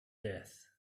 death